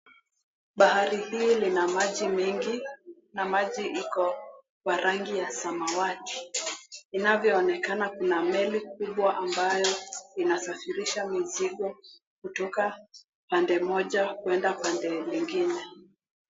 Bahari hii ina maji mengi na maji iko kwa rangi ya samawati. Inavyoonekana kuna meli kubwa ambayo inasafirisha mizigo kutoka pande moja kwenda pande nyingine.